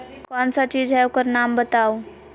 कौन सा चीज है ओकर नाम बताऊ?